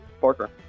Parker